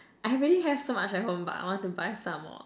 I already have so much at home but I want to buy some more